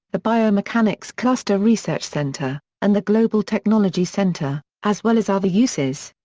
the biomechanics cluster research center, and the global technology center, as well as other uses.